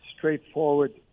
straightforward